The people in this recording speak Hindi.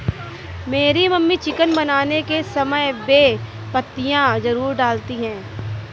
मेरी मम्मी चिकन बनाने के समय बे पत्तियां जरूर डालती हैं